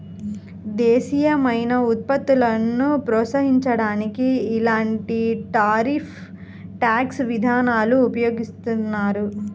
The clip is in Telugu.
దేశీయమైన ఉత్పత్తులను ప్రోత్సహించడానికి ఇలాంటి టారిఫ్ ట్యాక్స్ విధానాలను ఉపయోగిస్తారు